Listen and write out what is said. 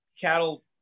cattle